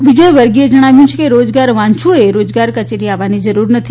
વિજયવર્ગીયએ જણાવ્યું છે કે રોજગારવાંચ્છુઓએ રોજગાર કચેરી આવવાની જરૂર નથી